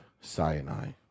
Sinai